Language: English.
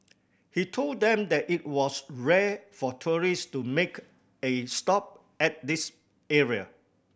he told them that it was rare for tourist to make a stop at this area